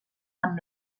amb